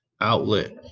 outlet